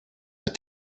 but